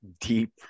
deep